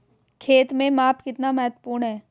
खेत में माप कितना महत्वपूर्ण है?